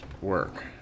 work